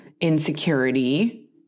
insecurity